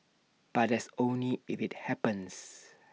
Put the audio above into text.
but that's only if IT happens